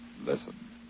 Listen